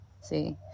see